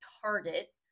target